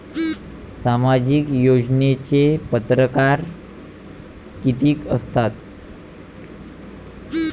सामाजिक योजनेचे परकार कितीक असतात?